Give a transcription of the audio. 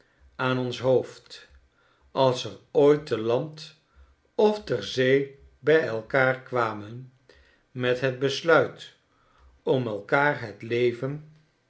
aan ons hoofd als er ooit te land of ter zee bij elkaar kwamen met het besluit om elkaar het leven